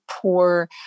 poor